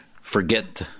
forget